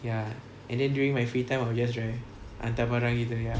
ya and then during my free time I will just drive hantar barang gitu ya